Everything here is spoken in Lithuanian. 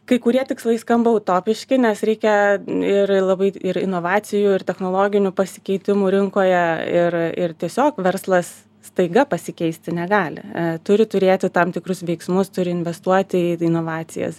kai kurie tikslai skamba utopiški nes reikia ir labai ir inovacijų ir technologinių pasikeitimų rinkoje ir ir tiesiog verslas staiga pasikeisti negali turi turėti tam tikrus veiksmus turi investuoti į inovacijas